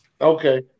Okay